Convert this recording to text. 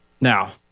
Now